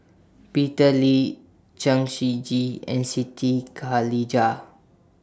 Peter Lee Chen Shiji and Siti Khalijah